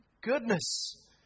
goodness